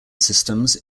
systems